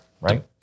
right